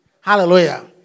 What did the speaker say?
Hallelujah